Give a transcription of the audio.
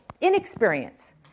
inexperience